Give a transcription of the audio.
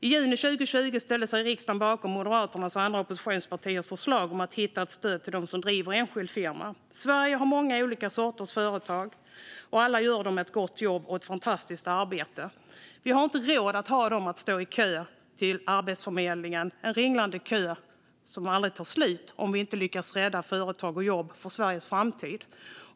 I juni 2020 ställde sig riksdagen bakom Moderaternas och andra oppositionspartiers förslag om att hitta ett stöd till dem som driver enskild firma. Sverige har många olika sorters företag, och alla gör de ett gott jobb och ett fantastiskt arbete. Vi har inte råd att låta dem stå i kö till Arbetsförmedlingen - en ringlande kö som aldrig tar slut om vi inte lyckas rädda företag och jobb för Sveriges framtid.